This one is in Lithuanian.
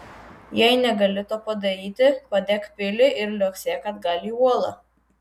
jei negali to padaryti padek pilį ir liuoksėk atgal į uolą